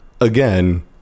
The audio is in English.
again